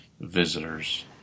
visitors